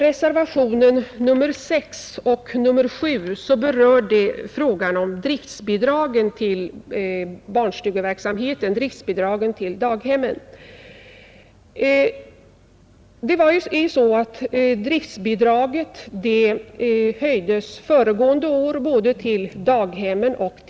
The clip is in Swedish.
Reservationerna 6 och 7 berör frågan om driftbidragen till daghemmen, Driftbidragen till både daghemmen och fritidshemmen höjdes föregående år.